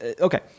Okay